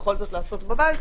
בכל זאת לעשות בבית,